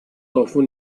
often